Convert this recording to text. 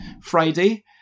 friday